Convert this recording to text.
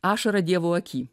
ašara dievo akyje